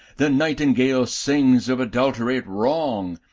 the nightingale sings of adulterate wrong,